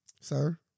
sir